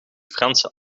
franse